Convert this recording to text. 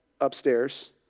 upstairs